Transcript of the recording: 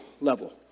level